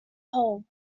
whole